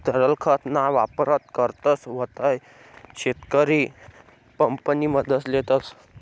तरल खत ना वापर करतस तव्हय शेतकरी पंप नि मदत लेतस